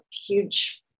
huge